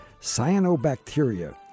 Cyanobacteria